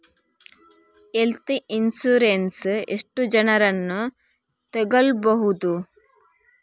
Health insurance ಎಷ್ಟು ಜನರನ್ನು ತಗೊಳ್ಬಹುದು?